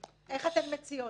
גלי, איך אתן מציעות?